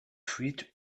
fuite